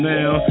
Now